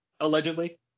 Allegedly